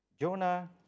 Jonah